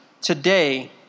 today